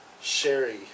Sherry